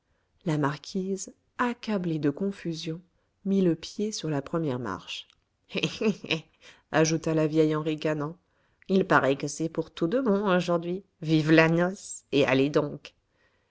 la marquise accablée de confusion mit le pied sur la première marche eh eh eh ajouta la vieille en ricanant il paraît que c'est pour tout de bon aujourd'hui vive la noce et allez donc